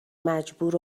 مجبور